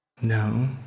No